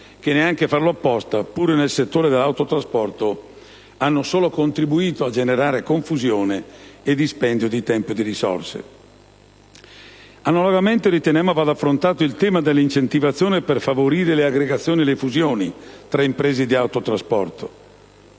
che, neanche a farlo apposta, pure nel settore dell'autotrasporto, hanno solo contribuito a generare confusione e dispendio di tempo e risorse. Analogamente, riteniamo vada affrontato il tema dell'incentivazione per favorire le aggregazioni e le fusioni tra imprese di autotrasporto.